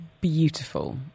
beautiful